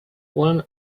one